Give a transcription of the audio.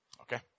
Okay